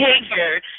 behavior